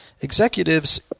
executives